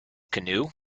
canoe